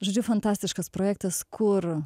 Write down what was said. žodžiu fantastiškas projektas kur